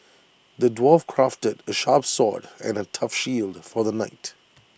the dwarf crafted A sharp sword and A tough shield for the knight